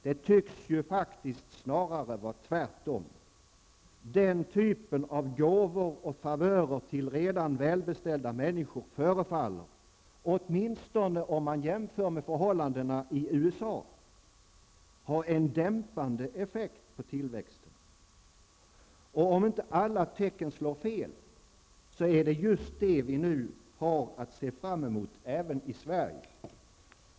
Det tycks snarare vara tvärtom. Den typen av gåvor och favörer till redan välbeställda människor förefaller -- åtminstone om man jämför med förhållandena i USA -- ha en dämpande effekt på tillväxten. Om inte alla tecken slår fel, så är det just detta vi nu har att se fram emot även i Sverige.